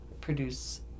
produce